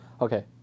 okay